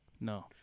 No